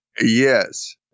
Yes